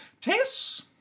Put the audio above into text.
Tess